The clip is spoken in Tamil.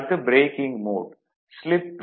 அடுத்து ப்ரேக்கிங் மோட் ஸ்லிப் 1